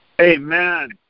Amen